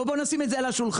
בואו נשים את זה על השולחן.